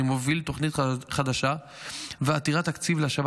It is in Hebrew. אני מוביל תוכנית חדשה ועתירת תקציב להשבת